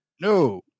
no